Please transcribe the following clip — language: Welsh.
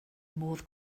modd